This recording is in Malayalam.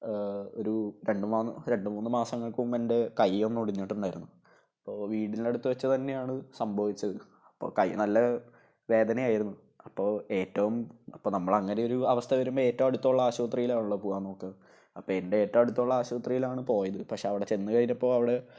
ഒര് രണ്ട് മൂന്ന് മാസങ്ങൾക്ക് മുൻപെൻ്റെ കൈയൊന്നൊടിഞ്ഞിട്ടുണ്ടായിരുന്നു അപ്പോള് വീടിനടുത്ത് വെച്ച് തന്നെയാണ് സംഭവിച്ചത് അപ്പോള് കൈ നല്ല വേദനയായിരുന്നു അപ്പോള് ഏറ്റവും ഇപ്പോള് നമ്മളങ്ങനെയൊരു അവസ്ഥ വരുമ്പോള് ഏറ്റവും അടുത്തുള്ള ആശുപത്രിയിലാണല്ലോ പോവാൻ നോക്കുക അപ്പോള് എൻ്റെ ഏറ്റവും അടുത്തുള്ള ആശൂത്രിയിലാണ് പോയത് പക്ഷെ അവടെച്ചെന്ന് കഴിഞ്ഞപ്പോള് അവിടെ